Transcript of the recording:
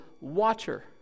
watcher